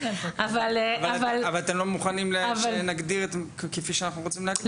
אבל אתם לא מוכנים שנגדיר כפי שאנחנו רוצים להגדיר.